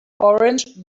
orange